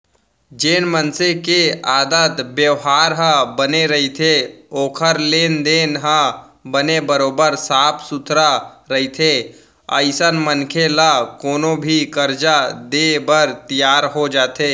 जेन मनसे के आदत बेवहार ह बने रहिथे ओखर लेन देन ह बने बरोबर साफ सुथरा रहिथे अइसन मनखे ल कोनो भी करजा देय बर तियार हो जाथे